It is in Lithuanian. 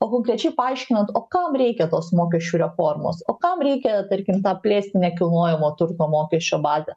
o konkrečiai paaiškinant o kam reikia tos mokesčių reformos o kam reikia tarkim plėsti nekilnojamo turto mokesčio bazę